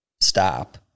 stop